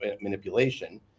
manipulation